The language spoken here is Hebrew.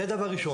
שנית,